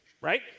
right